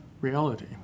reality